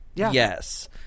Yes